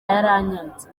yaranyanze